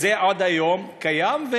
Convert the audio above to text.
זה עד היום קיים,